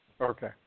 Okay